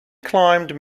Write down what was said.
climbed